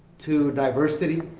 to diversity.